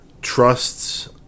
trusts